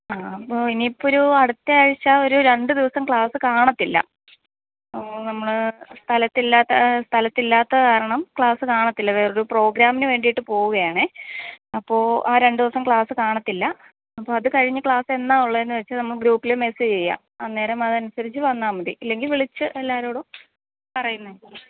ആ അപ്പോള് ഇനിയിപ്പൊരൂ അടുത്ത ആഴ്ച ഒരു രണ്ടു ദിവസം ക്ലാസ്സ് കാണത്തില്ല നമ്മള് സ്ഥലത്തില്ലാത്ത സ്ഥലത്തില്ലാത്ത കാരണം ക്ലാസ്സ് കാണത്തില്ല വേറൊരു പ്രോഗ്രാമിന് വേണ്ടിയിട്ട് പോവുകയാണേ അപ്പോള് ആ രണ്ടു ദിവസം ക്ലാസ്സ് കാണത്തില്ല അപ്പോള് അത് കഴിഞ്ഞ് ക്ലാസെന്നാണ് ഉള്ളതെന്നുവച്ചാല് നമ്മള് ഗ്രൂപ്പില് മെസ്സേജ് ചെയ്യാം അന്നേരം അതനുസരിച്ച് വന്നാല് മതി ഇല്ലെങ്കിൽ വിളിച്ച് എല്ലാവരോടും പറയുന്നതായിരിക്കും ആ